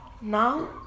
Now